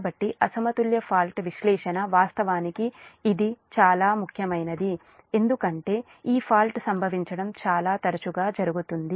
కాబట్టి అసమతుల్య ఫాల్ట్ విశ్లేషణ వాస్తవానికి ఇది చాలా ముఖ్యమైనది ఎందుకంటే ఈ ఫాల్ట్ సంభవించడం చాలా తరచుగా జరుగుతుంది